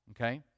okay